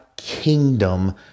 kingdom